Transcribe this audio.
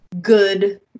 good